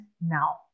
now